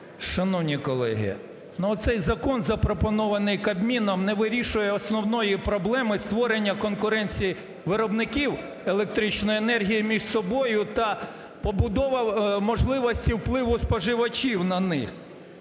Шановні колеги, цей закон, запропонований Кабміном, не вирішує основної проблеми створення конкуренції виробників електричної енергії між собою та побудова можливості впливу споживачів на них.